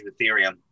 Ethereum